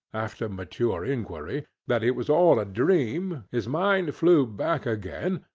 after mature inquiry, that it was all a dream, his mind flew back again,